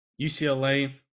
UCLA